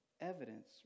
evidence